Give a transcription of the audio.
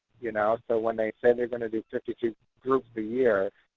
you know. so when they say they're going to do fifty two groups a year,